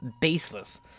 baseless